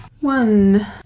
One